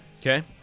Okay